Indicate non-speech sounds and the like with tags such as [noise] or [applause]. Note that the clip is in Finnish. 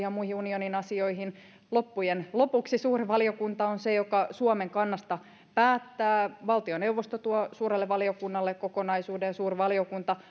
[unintelligible] ja muihin unionin asioihin loppujen lopuksi suuri valiokunta on se joka suomen kannasta päättää valtioneuvosto tuo suurelle valiokunnalle kokonaisuuden ja suuri valiokunta [unintelligible]